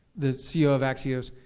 the ceo of axios,